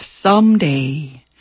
someday